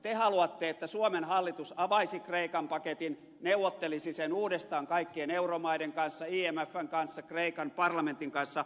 te haluatte että suomen hallitus avaisi kreikan paketin neuvottelisi sen uudestaan kaikkien euromaiden kanssa imfn kanssa kreikan parlamentin kanssa